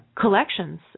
collections